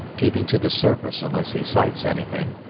keeping to the surface unless he sights anything,